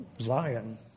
Zion